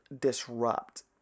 disrupt